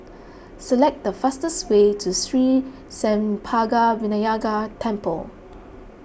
select the fastest way to Sri Senpaga Vinayagar Temple